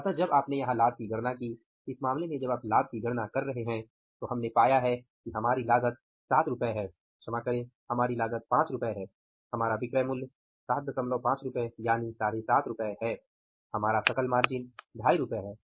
अतः जब आपने यहां लाभ की गणना की इस मामले में जब आप लाभ की गणना कर रहे हैं तो हमने पाया है कि हमारी लागत 7 रु है हमारी लागत 5 रु है हमारा विक्रय मूल्य 75 रु है हमारा सकल मार्जिन 25 रु है